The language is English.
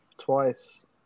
twice